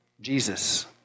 Jesus